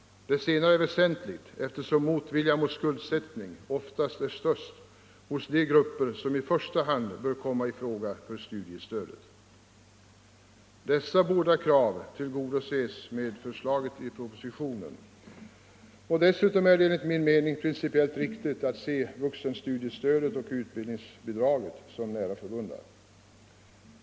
Det senare är väsentligt eftersom motviljan mot skuldsättning oftast är störst hos de grupper som i första hand bör komma i fråga för studiestödet. Dessa båda krav tillgodoses med förslaget i propositionen. Dessutom är det enligt min mening principiellt riktigt att se vuxenstudiestödet och utbildningsbidraget som nära förbundna.